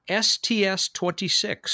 STS-26